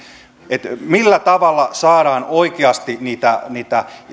se millä tavalla saadaan oikeasti